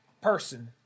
person